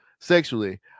sexually